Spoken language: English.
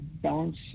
Balance